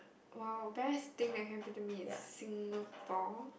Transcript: !wow! best thing that happen to me in Singapore